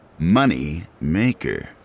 Moneymaker